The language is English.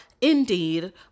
indeed